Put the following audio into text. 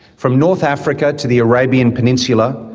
from north africa to the arabian peninsula,